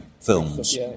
films